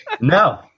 No